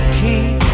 keep